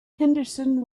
henderson